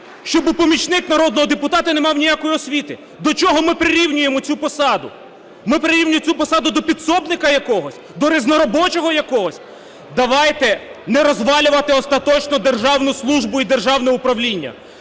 щоби помічник народного депутата не мав ніякої освіти! До чого ми прирівнюємо цю посаду? Ми прирівнюємо цю посаду до підсобника якогось, до різноробочого якогось? Давайте не розвалювати остаточно державну службу і державне управління.